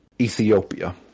Ethiopia